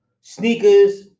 sneakers